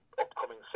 upcoming